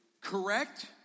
correct